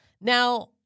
Now